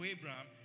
Abraham